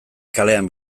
kalean